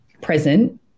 present